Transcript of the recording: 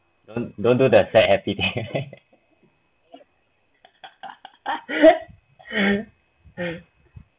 you don't do that sad happy thing